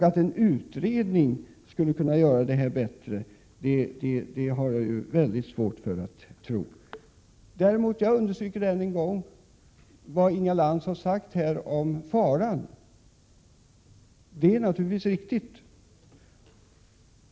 Att en utredning skulle kunna göra det bättre har jag som sagt väldigt svårt att tro. Däremot understryker jag än en gång det som Inga Lantz sade om faran. Det är naturligtvis riktigt.